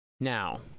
Now